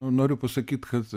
noriu pasakyt kad